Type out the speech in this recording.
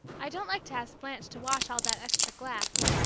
i don't like to ask blanche to wash all that extra glass,